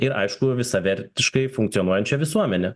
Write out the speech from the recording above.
ir aišku visavertiškai funkcionuojančią visuomenę